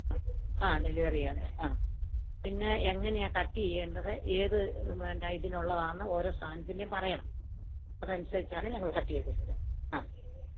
ആഹ് delivery ചെയ്യാം ആഹ് പിന്നെ എങ്ങനെയാ കട്ട് ചെയ്യേണ്ടത് ഏത് പിന്നെ ഇതിനുള്ളതാണെന്ന് ഓരോ സാധനത്തിന്റെയും പറയണം അതനുസരിച്ചാണ് ഞങ്ങൾ കട്ട് ചെയ്ത് തരുന്നത് ആഹ്